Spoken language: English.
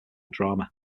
drama